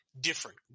different